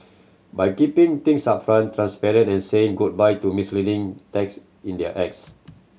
by keeping things upfront transparent and saying goodbye to misleading text in their